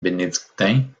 bénédictins